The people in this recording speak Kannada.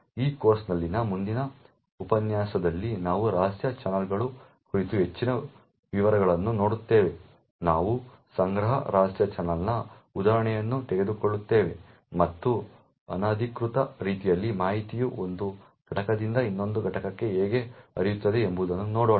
ಈ ಕೋರ್ಸ್ನಲ್ಲಿನ ಮುಂದಿನ ಉಪನ್ಯಾಸದಲ್ಲಿ ನಾವು ರಹಸ್ಯ ಚಾನೆಲ್ಗಳ ಕುರಿತು ಹೆಚ್ಚಿನ ವಿವರಗಳನ್ನು ನೋಡುತ್ತೇವೆ ನಾವು ಸಂಗ್ರಹ ರಹಸ್ಯ ಚಾನಲ್ನ ಉದಾಹರಣೆಯನ್ನು ತೆಗೆದುಕೊಳ್ಳುತ್ತೇವೆ ಮತ್ತು ಅನಧಿಕೃತ ರೀತಿಯಲ್ಲಿ ಮಾಹಿತಿಯು ಒಂದು ಘಟಕದಿಂದ ಇನ್ನೊಂದು ಘಟಕಕ್ಕೆ ಹೇಗೆ ಹರಿಯುತ್ತದೆ ಎಂಬುದನ್ನು ನೋಡೋಣ